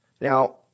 Now